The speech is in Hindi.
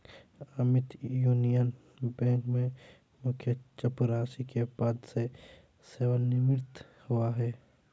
अमित यूनियन बैंक में मुख्य चपरासी के पद से सेवानिवृत हुआ है